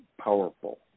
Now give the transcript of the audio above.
powerful